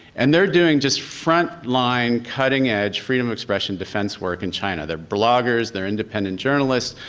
and they're doing just frontline, cutting edge, freedom of expression defense work in china. they're bloggers, they're independent journalists,